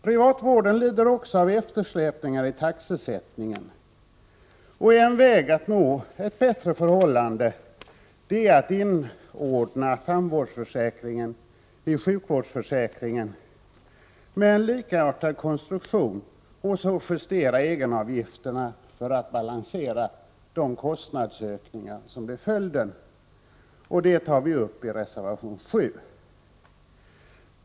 Privattandvården lider också av eftersläpningar när det gäller taxesättningen. En väg att få ett bättre förhållande vore att inordna tandvårdsförsäkringen i sjukvårdsförsäkringen och låta den få en likartad konstruktion samt justera egenavgifterna för att balansera de kostnadsökningar som blir följden. Detta tar vi upp i reservation 7.